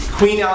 Queen